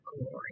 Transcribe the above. glory